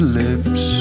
lips